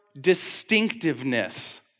distinctiveness